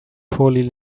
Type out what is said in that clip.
poorly